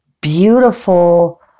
beautiful